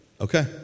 okay